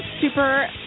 super